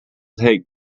take